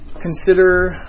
consider